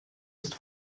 ist